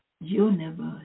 universe